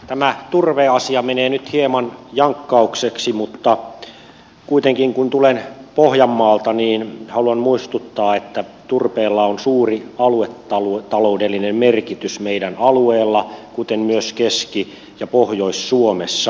tämä turveasia menee nyt hieman jankkaukseksi mutta kuitenkin kun tulen pohjanmaalta haluan muistuttaa että turpeella on suuri aluetaloudellinen merkitys meidän alueella kuten myös keski ja pohjois suomessa